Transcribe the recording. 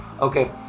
okay